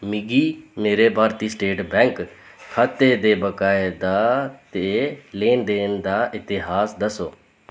मिगी मेरे Bharati state bank खाते दे बकाए दा ते लेन देन दा इतिहास दस्सो